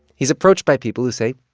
he's approached by people who say,